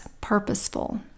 purposeful